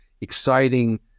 exciting